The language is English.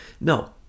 No